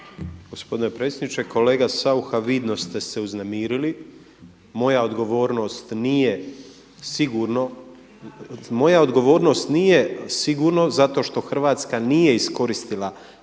Gospodine predsjedniče! Kolega Saucha vidno ste se uznemirili, moja odgovornost nije sigurno zato što Hrvatska nije iskoristila